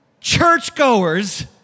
churchgoers